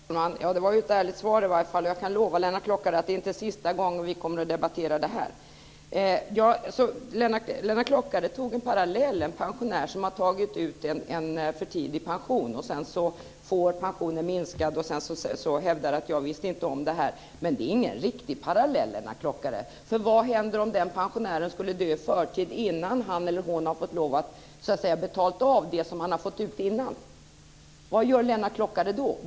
Herr talman! Det var ju ett ärligt svar i alla fall. Jag kan lova Lennart Klockare att det inte är sista gången vi kommer att debattera det här. Lennart Klockare tog upp en parallell. Det gäller en pensionär som tar ut en för tidig pension, får pensionen minskad och sedan hävdar: Jag visste inte om det här. Men det är ingen riktig parallell, Lennart Klockare. Vad händer om den pensionären skulle dö i förtid innan han eller hon har fått lov att så att säga betala av det man har fått ut innan? Vad gör Lennart Klockare då?